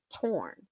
torn